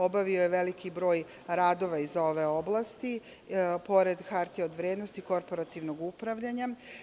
Obavio je veliki broj radova iz ove oblasti, pored hartija od vrednosti, korporativnog upravljanja.